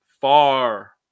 far